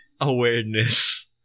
awareness